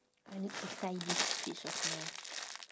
I need to tie these sweets of mine